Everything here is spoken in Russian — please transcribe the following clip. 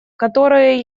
которые